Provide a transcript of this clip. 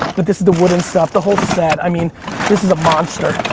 but this is the wooden stuff, the whole set. i mean this is a monster,